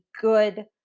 good